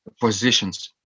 positions